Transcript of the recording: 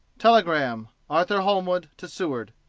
telegram, arthur holmwood to seward.